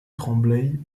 tremblay